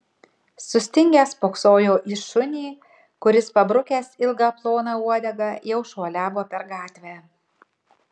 sustingęs spoksojo į šunį kuris pabrukęs ilgą ploną uodegą jau šuoliavo per gatvę